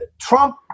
Trump